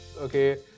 okay